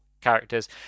characters